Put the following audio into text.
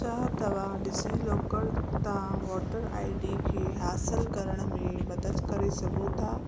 छा तव्हां डिजिलॉकर तां वोटर आई डी खे हासिलु करण में मदद करे सघो था